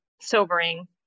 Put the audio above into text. sobering